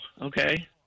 Okay